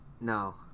No